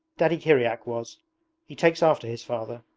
daddy kiryak was he takes after his father.